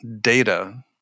data